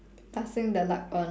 passing the luck on